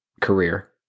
career